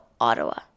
Ottawa